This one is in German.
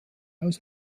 aus